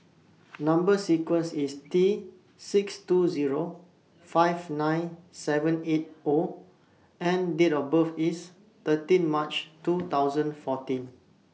Number sequence IS T six two Zero five nine seven eight O and Date of birth IS thirteen March two thousand fourteen